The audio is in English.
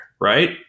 right